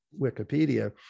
Wikipedia